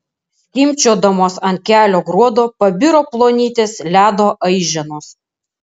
skimbčiodamos ant kelio gruodo pabiro plonytės ledo aiženos